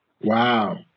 Wow